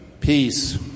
Peace